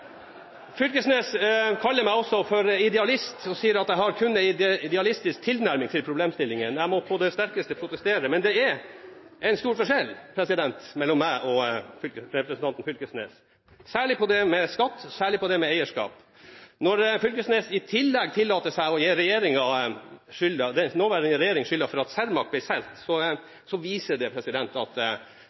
Fylkesnes kaller meg idealist og sier at jeg kun har en idealistisk tilnærming til problemstillingen. Jeg må på det sterkeste protestere. Det er en stor forskjell mellom meg og representanten Knag Fylkesnes, særlig når det gjelder skatt, og særlig når det gjelder eierskap. Når Knag Fylkesnes i tillegg tillater seg å gi den nåværende regjering skylda for at Cermaq ble solgt, viser det at